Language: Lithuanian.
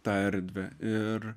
tą erdvę ir